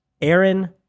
Aaron